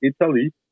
Italy